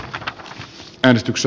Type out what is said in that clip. än tänne tyks